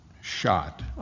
shot